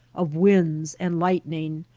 of winds and lightning,